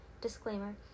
Disclaimer